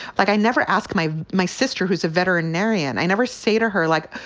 like i never asked my my sister, who's a veterinarian. i never say to her, like,